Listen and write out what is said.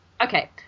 okay